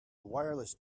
wireless